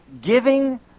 giving